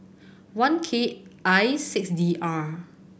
one K I six D R